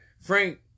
Frank